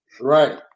right